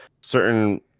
certain